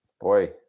Boy